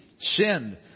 sinned